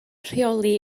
rheoli